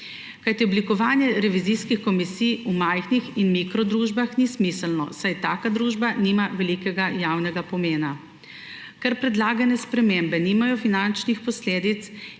kajti oblikovanje revizijskih komisij v majhnih in mikrodružbah ni smiselno, saj taka družba nima velikega javnega pomena. Ker predlagane spremembe nimajo finančnih posledic